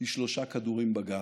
היא שלושה כדורים בגב.